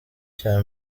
cya